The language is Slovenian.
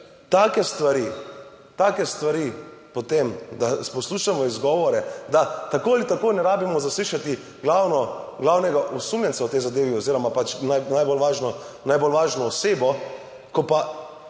take stvari potem, da poslušamo izgovore, da tako ali tako ne rabimo zaslišati glavnega osumljenca v tej zadevi oziroma pač najbolj važno osebo, ko pa